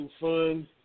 fun